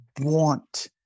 want